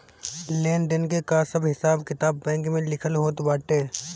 लेन देन कअ सब हिसाब किताब बैंक में लिखल होत बाटे